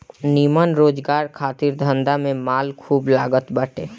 निमन रोजगार खातिर धंधा में माल खूब लागत बाटे